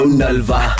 nalva